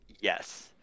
yes